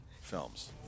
Films